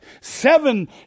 seven